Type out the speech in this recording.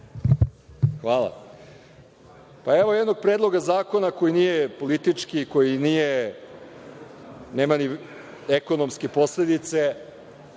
Hvala. Evo jednog predloga zakona koji nije politički, koji nema ni ekonomske posledice